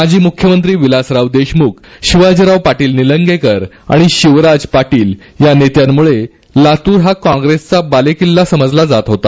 माजी मुख्यमंत्री विलासराव देशमुख शिवाजीराव पाटील निलंगेकर आणि शिवराज पाटील या नेत्यांमुळे लातूर हा काँप्रेसचा बालेकिल्ला समजला जात होता